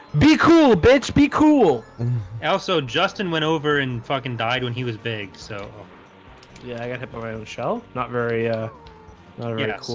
be cool bitch. be cool also, justin went over and fucking died when he was big. so yeah, i got hit by michelle not very ah well